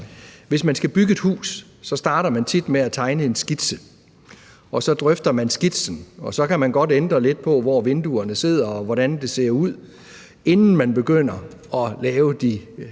Hvis man skal bygge et hus, starter man tit med at tegne en skitse, og så drøfter man skitsen, og så kan man godt ændre lidt på, hvor vinduerne sidder, og hvordan det ser ud, inden man begynder at lave de